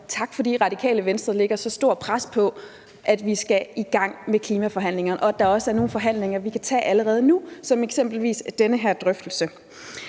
tak, fordi Radikale Venstre lægger så stort pres på, at vi skal i gang med klimaforhandlingerne, og at der også er nogle forhandlinger, vi kan tage allerede nu, som eksempelvis den her drøftelse.